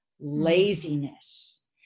laziness